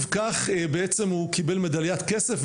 הוא קיבל מדליית כסף,